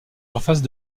surfaces